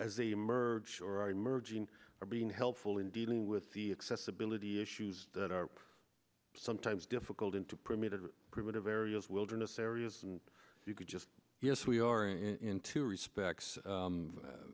a emerge or are emerging are being helpful in dealing with the accessibility issues that are sometimes difficult into primitive primitive areas wilderness areas and you could just yes we are in two respects